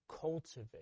cultivate